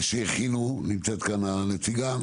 נמצאת כאן הנציגה.